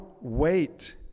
wait